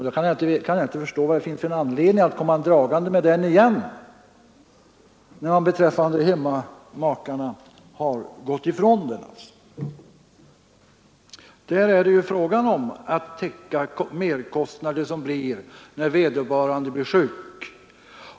Jag kan inte förstå vad det finns för anledning att komma dragande med den igen när man gått ifrån den beträffande hemmamake. I det fallet är det fråga om att täcka merkostnader som uppstår när hemmamake blir sjuk.